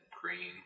green